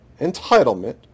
entitlement